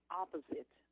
opposite